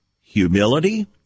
humility